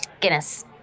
Guinness